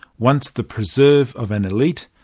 once the preserve of an elite,